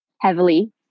heavily